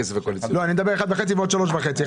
אני מדבר על 1.5 ועוד 3.5 מיליון שקלים.